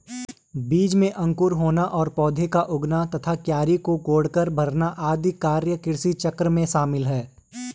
बीज में अंकुर होना और पौधा का उगना तथा क्यारी को कोड़कर भरना आदि कार्य कृषिचक्र में शामिल है